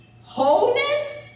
wholeness